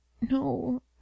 No